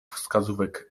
wskazówek